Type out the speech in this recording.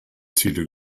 ziele